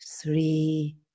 three